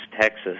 Texas